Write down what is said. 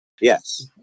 Yes